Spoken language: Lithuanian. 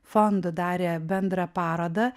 fondu darė bendrą parodą